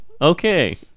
Okay